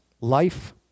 life